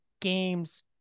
games